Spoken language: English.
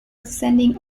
descending